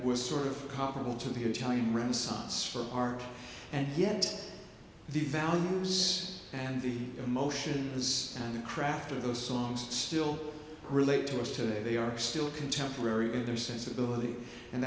was sort of comparable to the in china renaissance for art and yet the values and the emotions and craft of those songs still relate to us today they are still contemporary in their sensibility and